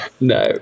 no